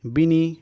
Bini